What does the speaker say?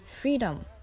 freedom